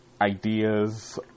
ideas